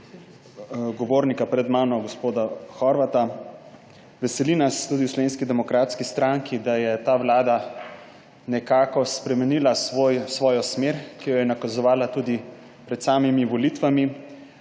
govornika pred mano gospoda Horvata. Tudi v Slovenski demokratski stranki nas veseli, da je ta vlada nekako spremenila svojo smer, ki jo je nakazovala pred samimi volitvami.